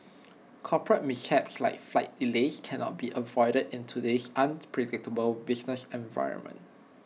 corporate mishaps like flight delays cannot be avoided in today's unpredictable business environment